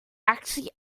actually